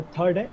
Third